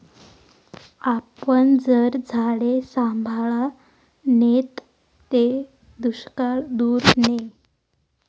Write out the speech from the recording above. आपन जर झाडे सांभाळा नैत ते दुष्काळ दूर नै